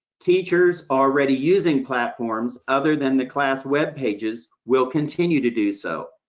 teachers already using platforms other than the class webpages will continue to do so.